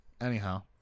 Anyhow